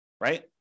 right